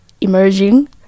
emerging